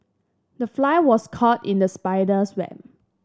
the fly was caught in the spider's web